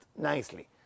nicely